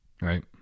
Right